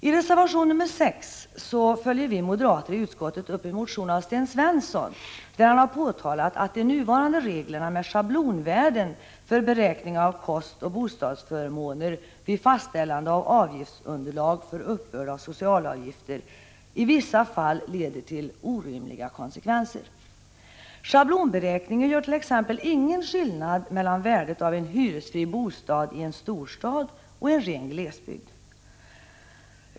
I reservation nr 6 följer vi moderater i utskottet upp en motion av Sten Svensson, där han påtalat att de nuvarande reglerna med schablonvärden för beräkning av kostoch bostadsförmåner vid fastställande av avgiftsunderlag för uppbörd av socialavgifter i vissa fall leder till orimliga konsekvenser. Schablonberäkningen gör t.ex. ingen skillnad mellan värdet av en hyresfri bostad i en storstad och i ren glesbygd.